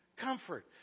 comfort